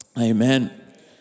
Amen